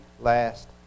last